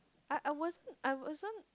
I I wasn't I wasn't